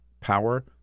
power